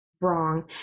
wrong